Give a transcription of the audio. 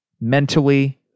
Mentally